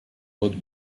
wood